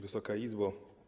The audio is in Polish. Wysoka Izbo!